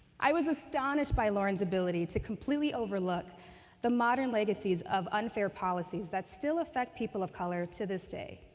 i was astonished by lauren's ability to completely overlook the modern legacies of unfair policies that still affect people of color to this day.